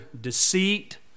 deceit